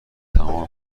تمام